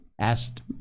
asked